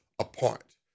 apart